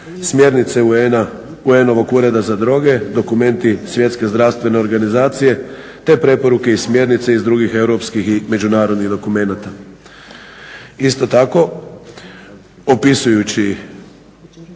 smjernice UN-ovog Ureda za droge, dokumenti Svjetske zdravstvene organizacije te preporuke i smjernice iz drugih europskih i međunarodnih dokumenata. Isto tako opisujući